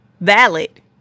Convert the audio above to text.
valid